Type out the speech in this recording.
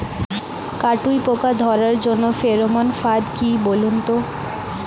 কাটুই পোকা ধরার জন্য ফেরোমন ফাদ কি বলুন তো?